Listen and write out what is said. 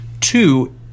Two